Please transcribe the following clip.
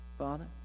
Father